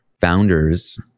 founders